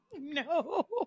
No